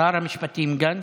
שר המשפטים גנץ,